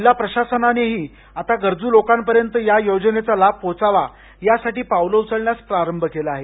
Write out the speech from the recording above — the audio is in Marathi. जिल्हा प्रशासनानेही आता गरज् लोकांपर्यंत या योजनेचा लाभ पोहोचावा यासाठी पावलं उचलण्यास प्रारंभ केला आहे